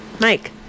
Mike